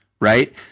right